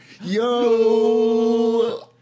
Yo